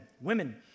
women